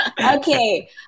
Okay